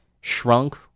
shrunk